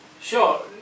Sure